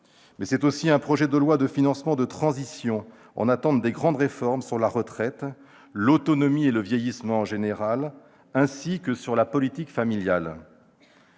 C'est aussi un projet de loi de financement de transition, en attente des grandes réformes sur la retraite, l'autonomie et le vieillissement en général, ainsi que sur la politique familiale.